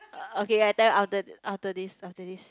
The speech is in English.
uh okay I tell you after after this after this